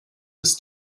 ist